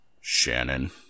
Shannon